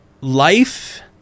life